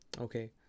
okay